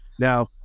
Now